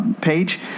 page